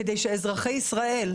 כדי שאזרחי ישראל,